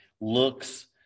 looks